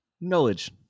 Knowledge